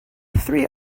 three